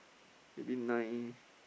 you mean nine